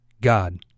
God